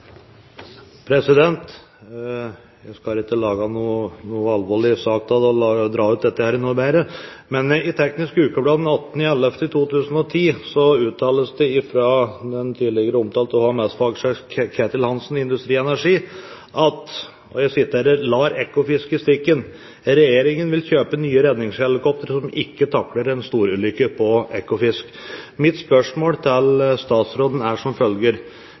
dette, men i Teknisk Ukeblad den 18. november 2010 uttales det fra den tidligere omtalte HMS-fagsjef, Ketil Karlsen, i Industri Energi: «Lar Ekofisk i stikken. Regjeringen vil kjøpe nye redningshelikoptre som ikke takler en storulykke på Ekofisk.» Mitt spørsmål til statsråden er som følger: